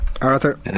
Arthur